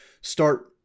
start